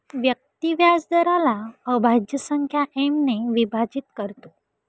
व्यक्ती व्याजदराला अभाज्य संख्या एम ने विभाजित करतो